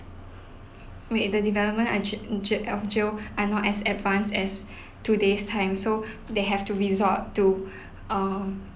make the development j~ j~ of jail are not as advanced as today's time so they have to resort to err